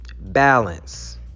balance